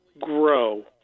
grow